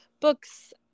books